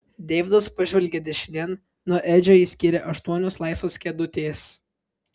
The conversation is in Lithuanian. deividas pažvelgė dešinėn nuo edžio jį skyrė aštuonios laisvos kėdutės